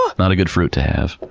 ah not a good fruit to have.